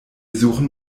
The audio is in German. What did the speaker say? suchen